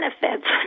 benefits